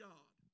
God